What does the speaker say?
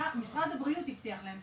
משרד הבריאות הבטיח להם.